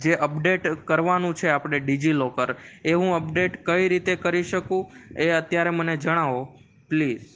જે અપડેટ કરવાનું છે આપણે ડિઝિલોકર એ હું અપડેટ કઈ રીતે કરી શકું એ અત્યારે મને જણાવો પ્લીઝ